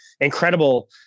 incredible